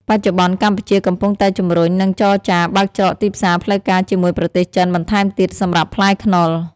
បច្ចុប្បន្ន កម្ពុជាកំពុងតែជំរុញ និងចរចាបើកច្រកទីផ្សារផ្លូវការជាមួយប្រទេសចិនបន្ថែមទៀតសម្រាប់ផ្លែខ្នុរ។